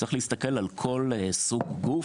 צריך להסתכל על כל סוג גוף,